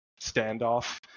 standoff